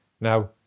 Now